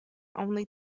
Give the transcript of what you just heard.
only